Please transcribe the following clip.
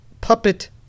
puppet